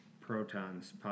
protons